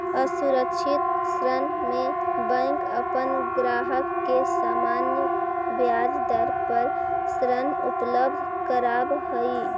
असुरक्षित ऋण में बैंक अपन ग्राहक के सामान्य ब्याज दर पर ऋण उपलब्ध करावऽ हइ